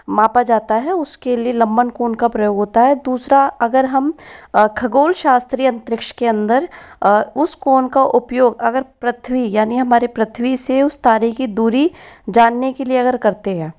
मापा जाता है उसके लिए लंबन कोण का प्रयोग होता है दूसरा अगर हम खगोल शास्त्रीय अंतरिक्ष के अंदर उस कोण का उपयोग अगर पृथ्वी यानी हमारे पृथ्वी से उस तारे की दूरी जानने के लिए अगर करते हैं